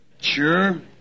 Sure